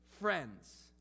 friends